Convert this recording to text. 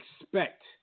expect